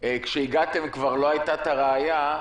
אם כשהגעתם כבר לא היתה הראיה,